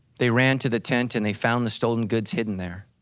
they ran to the tent and they found the stolen goods hidden there.